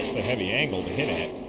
heavy angle to pit at.